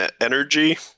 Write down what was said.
energy